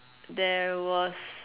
there was